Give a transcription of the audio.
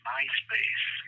MySpace